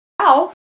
house